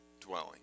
dwelling